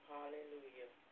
Hallelujah